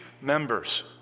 members